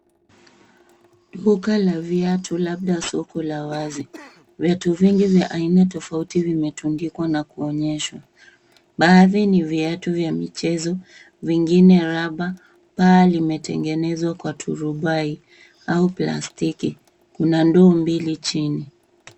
Duka la viatu labda soko la wazi. Viatu vingi vya aina tofauti vimetundikwa na kuonyeshwa. Baadhi ni vyatu vya michezo, vingine raba. Paa limetengenezwa kwa turubai au plastiki. Kuna ndoo mbili chini.